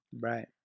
right